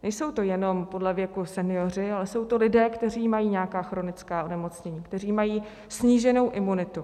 Nejsou to jenom podle věku senioři, ale jsou to lidé, kteří mají nějaká chronická onemocnění, kteří mají sníženou imunitu.